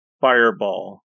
Fireball